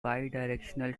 bidirectional